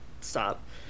Stop